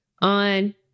on